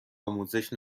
آموزش